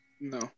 No